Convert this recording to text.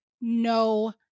no